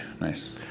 nice